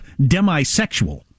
demisexual